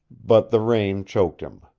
but the rain choked him.